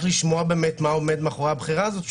לשמוע מה עומד מאחורי הבחירה הזאת.